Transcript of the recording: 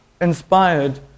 inspired